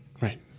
Right